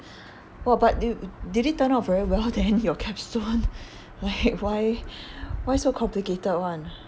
!wah! but you did it turn out very well then your capstone like why why so complicated [one]